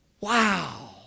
Wow